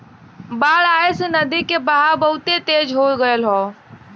बाढ़ आये से नदी के बहाव बहुते तेज हो गयल हौ